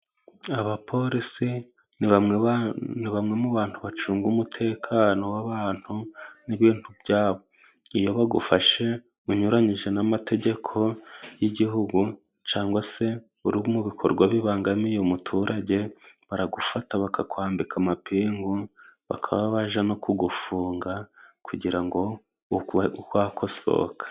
Aboolisi ni bamwe mu bantu bacunga umutekano w' abantu, n'ibintu byabo. Iyo bagufashe unyuranyije n'amategeko y'igihugu, cyangwa se uri mu bikorwa bibangamiye umuturage, baragufata bakakwambika amapingu, bakaba bajya no kugufunga, kugira ngo ube wakosoka.